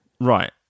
Right